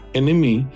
enemy